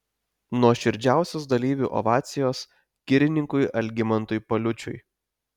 nuoširdžiausios dalyvių ovacijos girininkui algimantui paliučiui